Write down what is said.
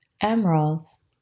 Emeralds